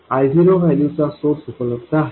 I0 value चा source उपलब्ध आहे